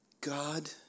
God